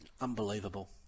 Unbelievable